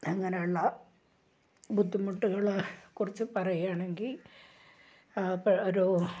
അങ്ങനെയുള്ള ബുദ്ധിമുട്ടുകളെ കുറിച്ച് പറയുകയാണെങ്കിൽ ഒരു